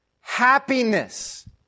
happiness